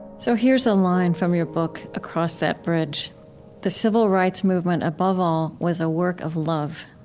so here's a line from your book across that bridge the civil rights movement, above all, was a work of love.